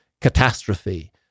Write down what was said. catastrophe